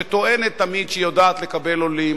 שטוענת תמיד שהיא יודעת לקבל עולים,